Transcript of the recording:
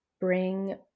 bring